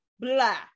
Blah